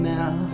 now